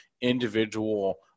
individual